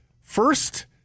first